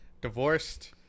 divorced